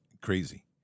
crazy